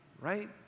Right